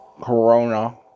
Corona